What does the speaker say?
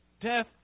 Death